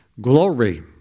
Glory